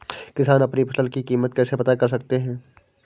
किसान अपनी फसल की कीमत कैसे पता कर सकते हैं?